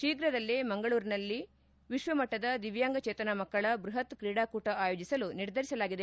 ಶೀಘದಲ್ಲೇ ಮಂಗಳೂರಿನಲ್ಲಿ ವಿಶ್ವಮಟ್ಟದ ದಿವ್ಯಾಂಗ ಚೇತನ ಮಕ್ಕಳ ಬೃಹತ್ ಕ್ರೀಡಾಕೂಟ ಆಯೋಜಿಸಲು ನಿರ್ಧರಿಸಲಾಗಿದೆ